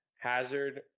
hazard